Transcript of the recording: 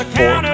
four